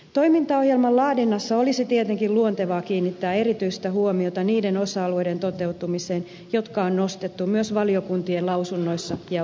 toimintaohjelman laadinnassa olisi tietenkin luontevaa kiinnittää erityistä huomiota niiden osa alueiden toteutumiseen jotka on nostettu esiin myös valiokuntien lausunnoissa ja uavssa